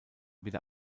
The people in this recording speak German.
wieder